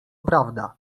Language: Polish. prawda